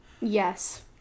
Yes